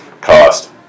cost